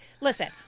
listen